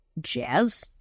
jazz